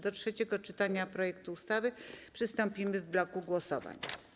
Do trzeciego czytania projektu ustawy przystąpimy w bloku głosowań.